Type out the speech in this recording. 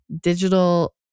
digital